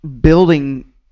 building